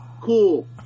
Cool